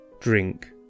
drink